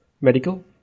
medical